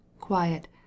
quiet